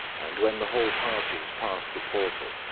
and when the whole party has passed the portal,